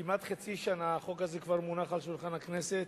כמעט חצי שנה החוק הזה כבר מונח על שולחן הכנסת,